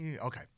Okay